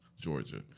Georgia